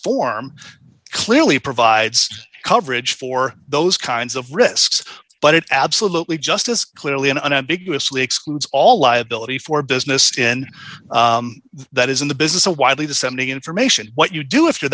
form clearly provides coverage for those kinds of risks but it absolutely just as clearly and unambiguously excludes all liability for business in that is in the business a widely disseminated information what you do after